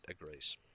agrees